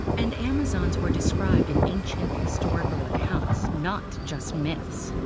and amazons were described in ancient historical accounts, not just myths.